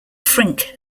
frink